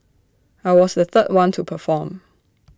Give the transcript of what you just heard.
I was the third one to perform